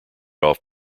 off